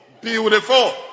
Beautiful